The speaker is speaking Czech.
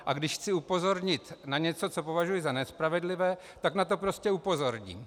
A když chci upozornit na něco, co považuji za nespravedlivé, tak na to prostě upozorním.